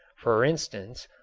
for instance,